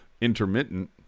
intermittent